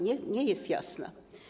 Nie, nie jest jasna.